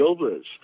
others